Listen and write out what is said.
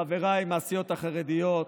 חבריי מהסיעות החרדיות,